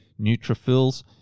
neutrophils